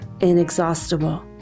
inexhaustible